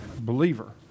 believer